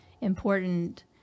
important